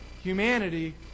humanity